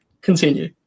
continue